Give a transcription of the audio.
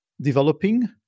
developing